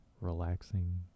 relaxing